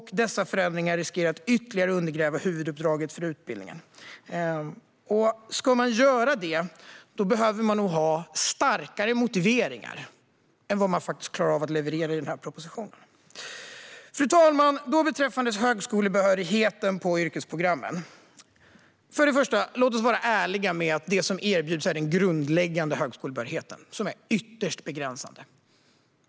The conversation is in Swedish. Dessa förändringar riskerar att ytterligare undergräva huvuduppdraget för utbildningen. Ska man göra detta behöver man nog ha starkare motiveringar än vad man faktiskt klarar av att leverera i den här propositionen. Fru talman! Sedan gäller det högskolebehörigheten på yrkesprogrammen. Först och främst: Låt oss vara ärliga med att det som erbjuds är den grundläggande högskolebehörigheten, som är ytterst begränsad.